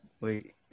Wait